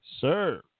sir